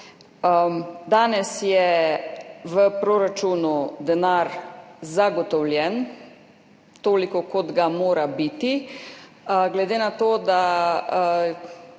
Danes je v proračunu denar zagotovljen, toliko, kot ga mora biti. Glede na to, da